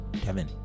Kevin